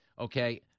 okay